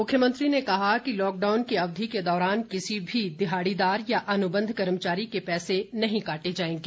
मुख्यमंत्री ने कहा कि लॉकडाउन की अवधि के दौरान किसी भी दिहाड़ीदार या अनुबंध कर्मचारी के पैसे नहीं काटे जाएंगे